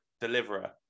deliverer